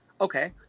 Okay